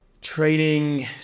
Training